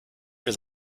for